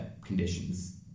conditions